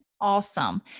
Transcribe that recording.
awesome